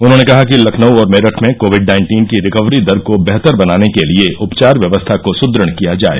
उन्होंने कहा कि लखनऊ और मेरठ में कोविड नाइन्टीन की रिकवरी दर को बेहतर बनाने के लिए उपचार व्यवस्था को सुदृढ़ किया जाए